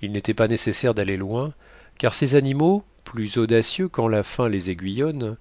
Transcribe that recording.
il n'était pas nécessaire d'aller loin car ces animaux plus audacieux quand la faim les aiguillonne